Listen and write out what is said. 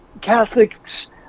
Catholics